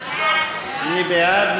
מי בעד?